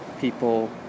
people